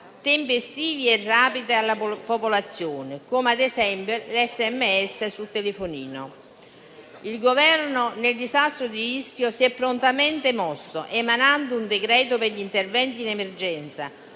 tempestivi e rapidi alla popolazione, come ad esempio un *sms* sul telefonino. Il Governo, nel disastro di Ischia, si è prontamente mosso, emanando un decreto per gli interventi in emergenza: